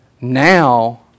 Now